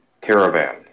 Caravan